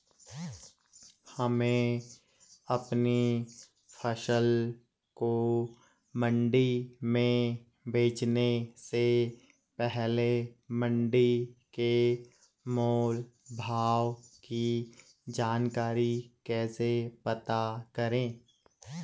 हमें अपनी फसल को मंडी में बेचने से पहले मंडी के मोल भाव की जानकारी कैसे पता करें?